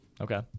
Okay